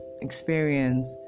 experience